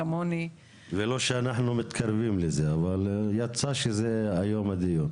ולא שאנחנו מתקרבים לזה, אבל יצא שזה היום הדיון.